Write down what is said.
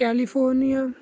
California